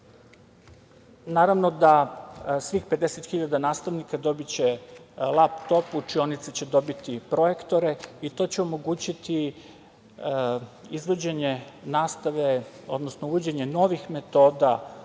da će svih 50.000 nastavnika dobiti laptop. Učionice će dobiti projektore i to će omogućiti izvođenje nastave, odnosno uvođenje novih metoda